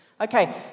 Okay